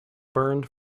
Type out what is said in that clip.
burned